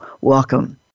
welcome